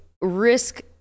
risk